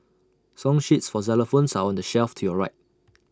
song sheets for xylophones are on the shelf to your right